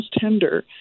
tender